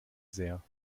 sehr